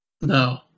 No